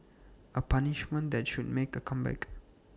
A punishment that should make A comeback